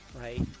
right